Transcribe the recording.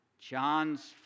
John's